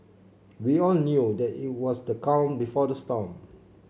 we all knew that it was the calm before the storm